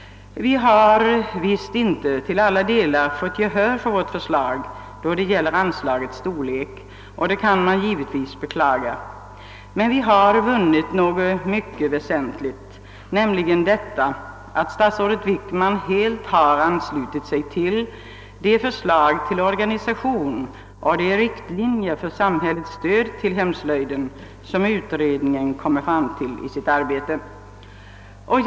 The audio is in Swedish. Vi har visst inte till alla delar fått gehör för vårt förslag då det gäller anslagets storlek — och det kan man beklaga — men vi har vunnit något mycket väsentligt, nämligen att statsrådet Wickman helt har anslutit sig till det förslag till organisation och de riktlinjer för samhällets stöd till hemslöjden som utredningen kommit fram till i sitt betänkande.